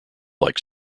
like